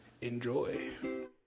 enjoy